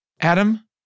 Adam